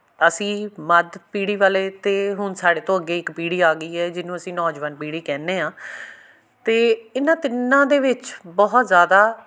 ਅਸੀਂ ਮੱਧ ਪੀੜ੍ਹੀ ਵਾਲੇ ਅਤੇ ਹੁਣ ਸਾਡੇ ਤੋਂ ਅੱਗੇ ਇੱਕ ਪੀੜ੍ਹੀ ਆ ਗਈ ਹੈ ਜਿਹਨੂੰ ਅਸੀਂ ਨੌਜਵਾਨ ਪੀੜ੍ਹੀ ਕਹਿੰਦੇ ਹਾਂ ਅਤੇ ਇਹਨਾਂ ਤਿੰਨਾਂ ਦੇ ਵਿੱਚ ਬਹੁਤ ਜ਼ਿਆਦਾ